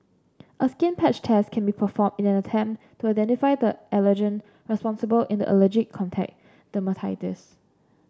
a skin patch test can be performed in an attempt to identify the allergen responsible in the allergic contact dermatitis